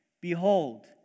Behold